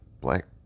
black